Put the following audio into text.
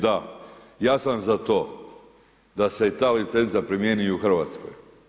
Da, ja sam za to da se ta licenca primijeni i u Hrvatskoj.